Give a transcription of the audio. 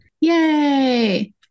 Yay